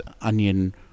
onion